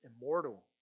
immortal